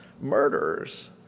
murderers